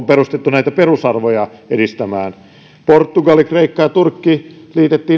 perustettu näitä perusarvoja edistämään portugali kreikka ja turkki